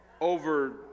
Over